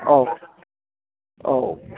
औ औ